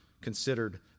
considered